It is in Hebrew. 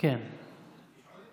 קואליציה